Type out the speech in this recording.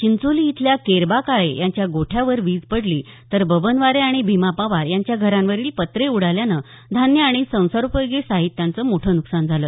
चिंचोली इथल्या केरबा काळे यांच्या गोठ्यावर वीज पडली तर बबन वारे आणि भिमा पवार यांच्या घरावरील पत्रे उडाल्यानं धान्य आणि संसारोपयोगी साहित्याचं मोठं नुकसान झालं